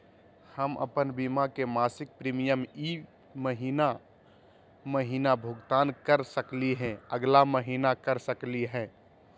हम अप्पन बीमा के मासिक प्रीमियम ई महीना महिना भुगतान कर सकली हे, अगला महीना कर सकली हई?